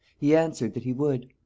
he answered, that he would.